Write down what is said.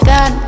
God